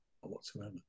whatsoever